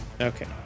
Okay